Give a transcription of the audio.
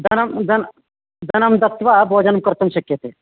धनं धनं धनं दत्वा भोजनं कर्तुं शक्यते